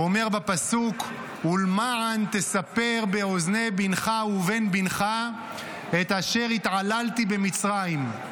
הוא אומר בפסוק: "ולמען תספר באזני בנך ובן בנך את אשר התעללתי במצרים".